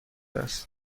است